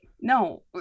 No